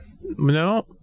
No